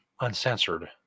uncensored